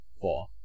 four